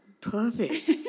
Perfect